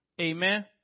Amen